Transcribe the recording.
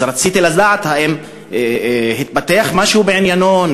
אז רציתי לדעת האם התפתח משהו בעניינו,